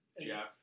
Jeff